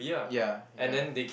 ya ya